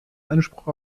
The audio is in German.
anspruch